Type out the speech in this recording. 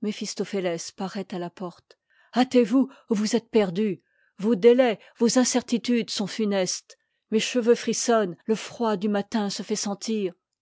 mephistophéles parait à la porte hâtez-vous ou vous êtes perdus vos délais vos incertitudes sont funestes mes cheveux fris sonnent le froid du matin se fait sentir